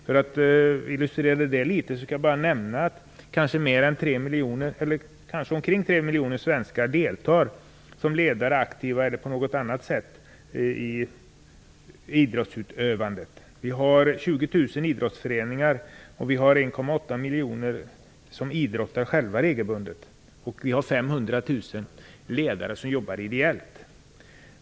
För att illustrera det litet skall jag bara nämna att omkring 3 miljoner svenskar deltar som ledare och aktiva eller på något annat sätt i idrottsutövandet. Vi har 20 000 idrottsföreningar, och 1,8 miljoner människor idrottar regelbundet. Vi har 500 000 ledare som jobbar ideellt.